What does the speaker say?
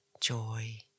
joy